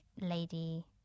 Lady